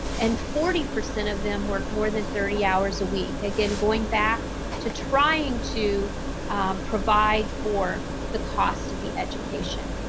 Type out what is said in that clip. and, forty percent of them work more than thirty hours a week. again, going back to trying to provide for the cost of the education.